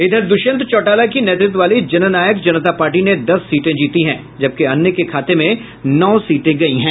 इधर दुष्यंत चौटाला की नेतृत्व वाली जननायक जनता पार्टी ने दस सीटें जीती हैं जबकि अन्य के खाते में नौ सीटें गयी हैं